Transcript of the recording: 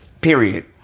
Period